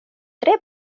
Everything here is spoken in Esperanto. tre